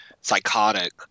psychotic